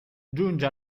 giunge